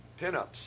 Pinups